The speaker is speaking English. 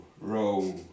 row